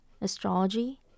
astrology